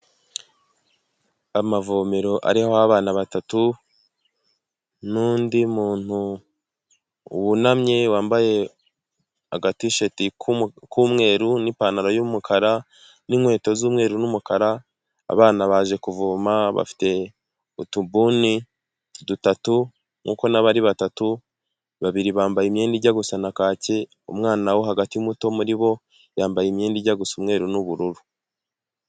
Amavomero ariho abana batatu n'undi muntu wunamye wambaye aga t-shirt k'umweru n'ipantaro y'umukara n'inkweto z'umweru n'umukara, abana baje kuvoma bafite utubuni dutatu nkuko n'abari batatu ,babiri bambaye imyenda ijya gusa na kaki ,umwana wo hagati muto muri bo yambaye imyenda ijya gusa umweru n'ubururu.